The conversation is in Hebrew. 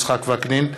יצחק וקנין,